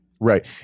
Right